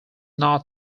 not